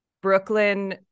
Brooklyn